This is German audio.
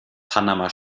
panama